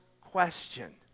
question